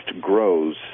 grows